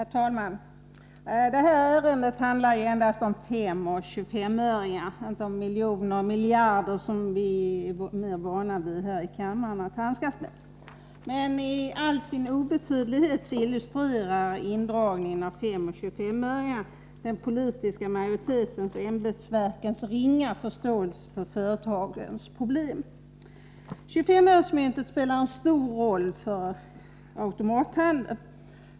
Herr talman! Detta ärende handlar endast om 5 och 25-öringar — inte om miljoner och miljarder, som vi här i kammaren är mer vana vid att handskas med. Men i all sin obetydlighet illustrerar indragningen av 5 och 25 öringarna den politiska majoritetens och ämbetsverkens ringa förståelse för företagens problem. 25-öresmyntet spelar en stor roll för automathandeln.